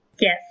yes